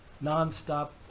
non-stop